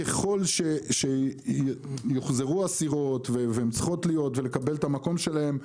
ככל שיוחזרו הסירות והן צריכות להיות ולקבל את המקום שלהן,